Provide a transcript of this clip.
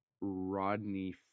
Rodney